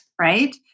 right